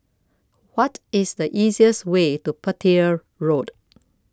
What IS The easiest Way to Petir Road